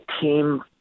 team